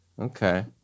Okay